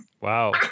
Wow